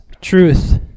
truth